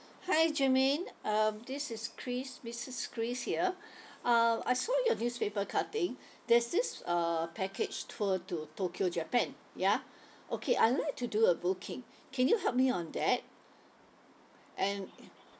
hi jermaine um this is chris missus chris here uh I saw your newspaper cutting there's this uh package tour to tokyo japan ya okay I'd like to do a booking can you help me on that and